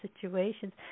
situations